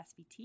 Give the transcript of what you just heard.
SVT